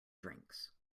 drinks